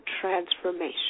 transformation